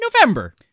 November